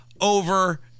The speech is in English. over